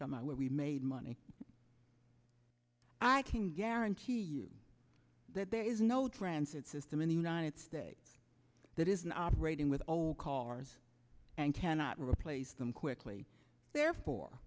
out where we made money i can guarantee you that there is no transit system in the united states that isn't operating with old cars and cannot replace them quickly therefore